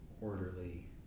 orderly